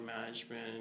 management